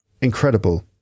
Incredible